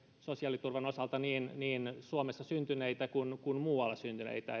sosiaaliturvan osalta niin niin suomessa syntyneitä kuin muualla syntyneitä